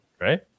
right